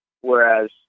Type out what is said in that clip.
Whereas